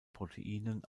proteinen